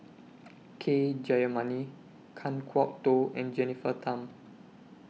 K Jayamani Kan Kwok Toh and Jennifer Tham